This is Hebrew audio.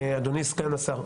אדוני סגן השר,